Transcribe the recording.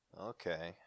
Okay